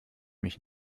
mich